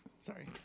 Sorry